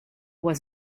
was